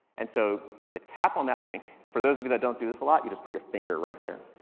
and so, you tap on that link, for those of you that don't do this a lot, you just put your finger right there,